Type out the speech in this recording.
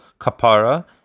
kapara